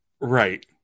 right